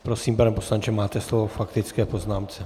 Prosím, pane poslanče, máte slovo k faktické poznámce.